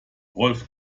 rolf